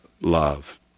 love